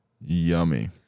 Yummy